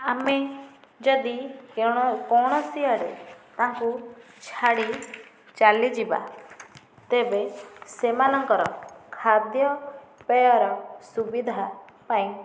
ଆମେ ଯଦି କୌଣସି ତାଙ୍କୁ ଛାଡ଼ି ଚାଲିଯିବା ତେବେ ସେମାନଙ୍କର ଖାଦ୍ୟପେୟର ସୁବିଧା ପାଇଁ